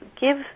Give